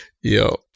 yo